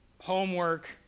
homework